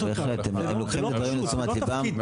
ואני מתייחס לנושא של בתי החולים הציבוריים,